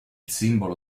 simbolo